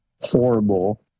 horrible